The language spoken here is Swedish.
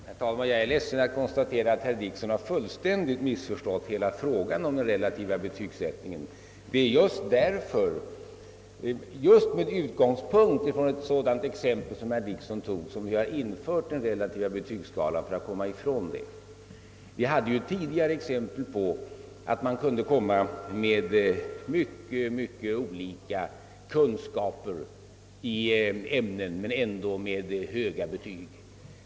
Herr talman! Jag är ledsen att behöva konstatera att herr Dickson fullständigt har missförstått hela frågan om den relativa betygsättningen. Det är just för att komma ifrån sådana felaktigheter, som herr Dickson gav exempel på, som vi har infört den relativa betygsskalan. Det fanns tidigare exempel på att elever trots ringa kunskaper i ett ämne kunde få höga betyg.